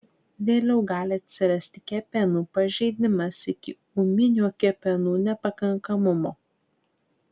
vėliau gali atsirasti kepenų pažeidimas iki ūminio kepenų nepakankamumo